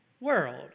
world